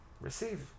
Receive